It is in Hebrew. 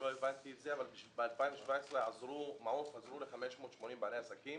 לא הבנתי אבל ב-2017 מעוף עזרו ל-580 בעלי עסקים